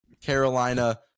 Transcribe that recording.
Carolina